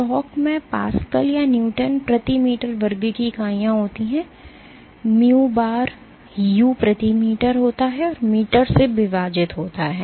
tau में pascal या newton प्रति मीटर वर्ग की इकाइयाँ होती हैं mu बार u प्रति मीटर होता है और मीटर से विभाजित होता है